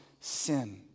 sin